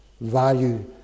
value